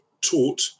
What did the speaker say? taught